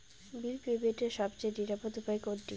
বিল পেমেন্টের সবচেয়ে নিরাপদ উপায় কোনটি?